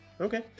Okay